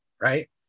Right